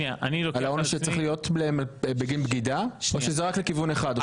על העונש שצריך להיות להם בגין בגידה או שזה רק לכיוון אחד עכשיו?